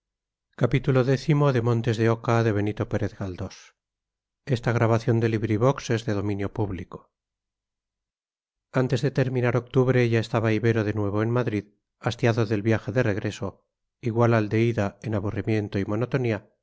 volvería antes de terminar octubre ya estaba ibero de nuevo en madrid hastiado del viaje de regreso igual al de ida en aburrimiento y monotonía